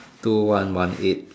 two one one eight